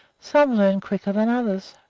some learn quicker than others.